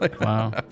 wow